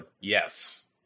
yes